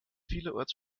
vielerorts